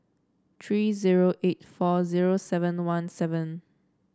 three zero eight four zero seven one seven